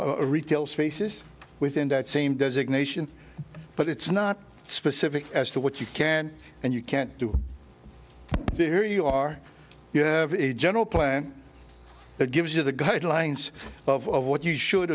mean a retail spaces within that same designation but it's not specific as to what you can and you can't do here you are you have a general plan that gives you the guidelines of what you should